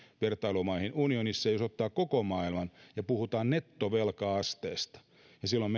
vertailumaihin unionissa jos ottaa koko maailman ja puhutaan nettovelka asteesta ja silloin